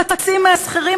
חצי מהשכירים,